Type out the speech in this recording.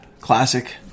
Classic